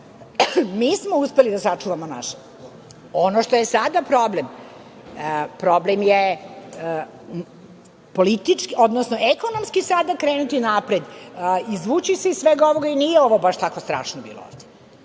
smo uspeli da sačuvamo naše. Ono što je sada problem, problem je ekonomski sada krenuti napred, izvući se iz svega ovoga i nije ovo baš tako strašno bilo ovde.